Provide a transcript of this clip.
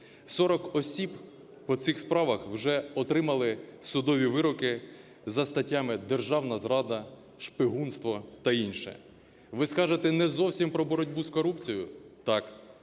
40 осіб по цих справах вже отримали судові вироки за статтями: державна зрада, шпигунство та інше. Ви скажете, не зовсім про боротьбу з корупцією, так,